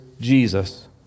Jesus